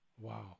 Wow